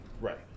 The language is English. Right